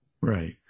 Right